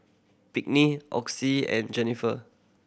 Pinkney Auguste and Jenniffer